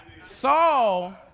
Saul